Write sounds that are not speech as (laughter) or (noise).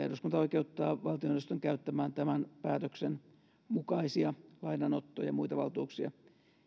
(unintelligible) eduskunta oikeuttaa valtioneuvoston käyttämään tämän päätöksen mukaisia lainanotto ja muita valtuuksia